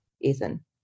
Ethan